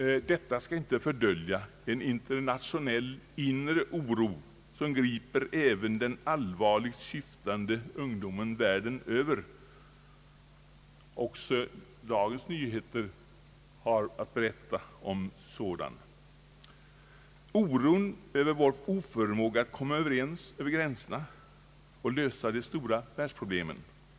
Detta skall inte fördölja en internationell inre oro, som griper även den allvarligt syftande ungdomen världen över. Också dagens nyheter har att berätta om sådant. Oron över vår oförmåga att komma överens över gränserna och lösa de stora världsproblemen griper oss alla.